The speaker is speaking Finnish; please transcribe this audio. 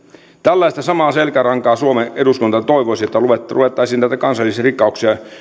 tällaista samaa selkärankaa suomen eduskuntaan toivoisi että ruvettaisiin näitä kansallisrikkauksia